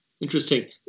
Interesting